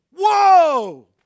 whoa